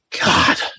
God